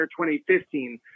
2015